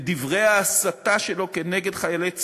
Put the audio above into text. בדברי ההסתה שלו כנגד חיילי צה"ל,